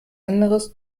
anderes